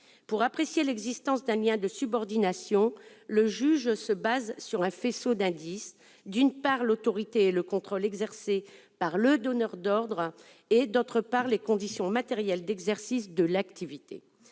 Pour apprécier l'existence d'un lien de subordination, le juge se base sur un faisceau d'indices : d'une part, l'autorité et le contrôle exercés par le donneur d'ordre et, d'autre part, les conditions matérielles d'exercice de l'activité.